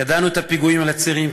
ידענו על הפיגועים על הצירים,